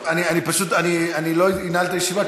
אני פשוט לא אנעל את הישיבה,